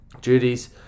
duties